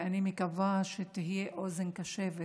ואני מקווה שתהיה אוזן קשבת